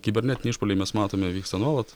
kibernetiniai išpuoliai mes matome vyksta nuolat